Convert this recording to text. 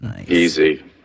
Easy